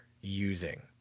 using